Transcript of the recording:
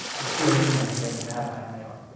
it's the engine i think i need to have my eye on.